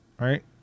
Right